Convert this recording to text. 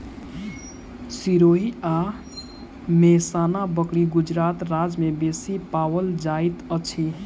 सिरोही आ मेहसाना बकरी गुजरात राज्य में बेसी पाओल जाइत अछि